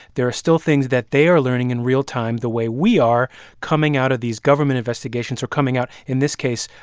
there are still things that they are learning in real time the way we are coming out of these government investigations or coming out, in this case,